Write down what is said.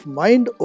mind